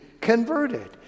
converted